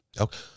Okay